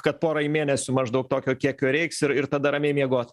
kad porai mėnesių maždaug tokio kiekio reiks ir ir tada ramiai miegot